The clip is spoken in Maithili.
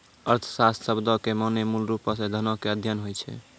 अर्थशास्त्र शब्दो के माने मूलरुपो से धनो के अध्ययन होय छै